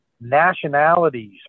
nationalities